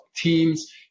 teams